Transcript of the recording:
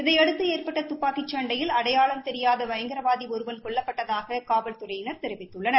இதையடுத்து ஏற்பட்ட துப்பாக்கி சண்டையில் அடையாளம் தெரியாத பயங்கரவாதி இருவன் கொல்லப்பட்டதாக காவல்துறையினர் தெரிவித்துள்ளனர்